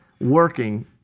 working